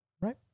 right